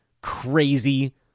crazy